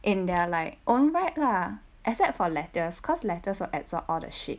in their like own bred lah except for lettuce cause lettuce will absorb all the shit